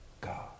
God